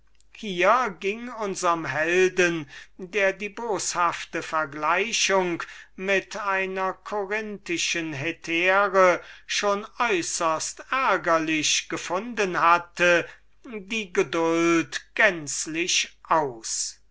hier ging unserm helden welcher die boshafte vergleichung mit der corinthischen lais schon auf die befremdlichste art ärgerlich gefunden hatte die geduld gänzlich aus